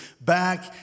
back